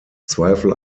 zweifel